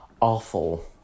awful